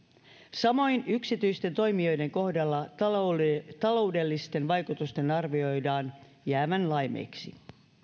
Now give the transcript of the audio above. samoin yksityisten toimijoiden kohdalla taloudellisten vaikutusten arvioidaan jäävän laimeiksi